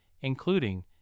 including